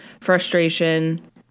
frustration